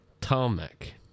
Tarmac